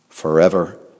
forever